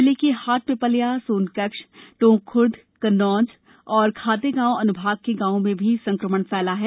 जिले के हाटपिपल्या सोनकक्ष टोंकखुर्द कन्नौज और खातेगांव अनुभाग के गांवों में भी संकमण फैला है